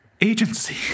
agency